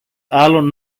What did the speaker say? άλλον